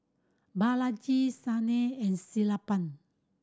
Balaji Sunil and Sellapan